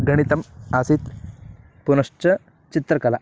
गणितम् आसीत् पुनश्च चित्रकला